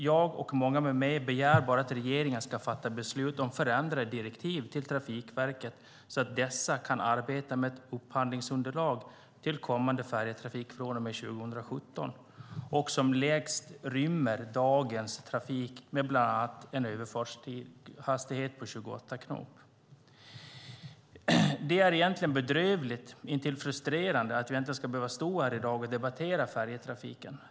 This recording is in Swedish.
Jag och många med mig begär bara att regeringen ska fatta beslut om förändrade direktiv till Trafikverket så att de kan arbeta med ett upphandlingsunderlag till kommande färjetrafik från och med 2017, och det ska som lägst rymma dagens trafik med bland annat överfartshastighet på 28 knop. Det är egentligen bedrövligt, intill frustrerande, att vi ska behöva stå här i dag och debattera färjetrafiken.